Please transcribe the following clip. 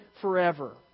forever